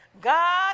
God